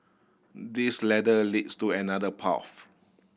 this ladder leads to another path